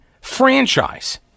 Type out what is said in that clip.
franchise